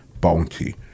Bounty